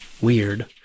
weird